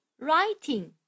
writing